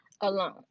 alone